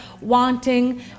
wanting